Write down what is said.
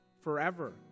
forever